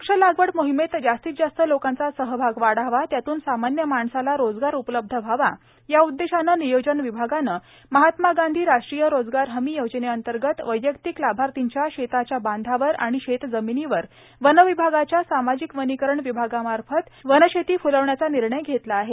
वृक्षलागवड मोहिमेत जास्तीत जास्त लोकांचा सहभाग वाढावाए त्यातून सामान्य माणसाला रोजगार उपलब्ध व्हावा या उद्देशानं नियोजन विभागानं भमहात्मा गांधी राष्ट्रीय रोजगार हमी योजनेंतर्गत वैयक्तिक लाभार्थींच्या शेताच्या बांधावर आणि शेतजमीनीवर वन विभागाच्या सामाजिक वनीकरण विभागामार्फत वन शेती फ़लवण्याचा निर्णय घेतला आहे